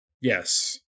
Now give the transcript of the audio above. Yes